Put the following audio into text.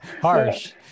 harsh